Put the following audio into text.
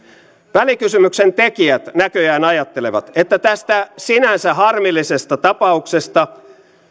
välikysymyksen tekijät näköjään ajattelevat että tästä sinänsä harmillisesta tapauksesta